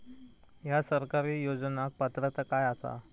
हया सरकारी योजनाक पात्रता काय आसा?